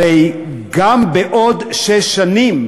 הרי גם בעוד שש שנים,